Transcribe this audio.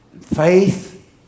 Faith